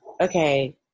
okay